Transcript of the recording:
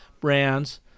brands